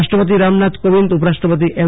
રાષ્ટ્રપતિ રામનાથ કોવિંદ ઉપરાષ્ટ્રપતિ એમ